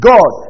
God